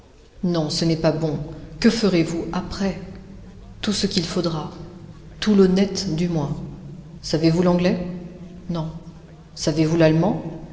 non ce n'est pas bon que ferez-vous après tout ce qu'il faudra tout l'honnête du moins savez-vous l'anglais non savez-vous l'allemand